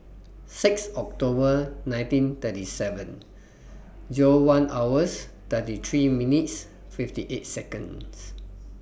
six October nineteen thirty seven Zero one hours thirty three minutes fifty eight Seconds